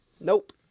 Nope